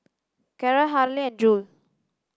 Carra Harlie and Jule